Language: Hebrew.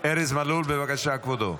ארז מלול, בבקשה, כבודו.